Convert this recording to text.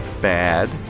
bad